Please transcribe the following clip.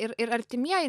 ir ir artimieji